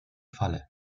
falle